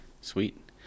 sweet